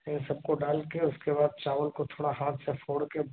इन सबको डालकर उसके बाद चावल को थोड़ा हाथ से फोड़कर